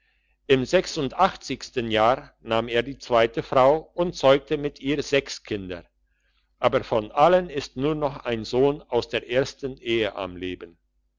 im jahr nahm er die zweite frau und zeugte mit ihr sechs kinder aber von allen ist nur noch ein sohn aus der ersten ehe am leben